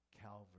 Calvary